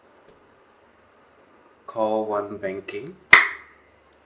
call one banking